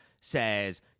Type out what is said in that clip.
says